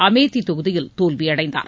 அமேதி தொகுதியில் தோல்வி அடைந்தார்